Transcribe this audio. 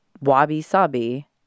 Wabi-sabi